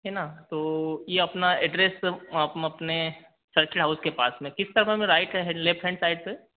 है न तो ये अपना एड्रैस आप अपने सर्किट हाउस के पास में किस तरफ right uh left hand side में